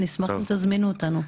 נשמח אם תזמינו אותנו.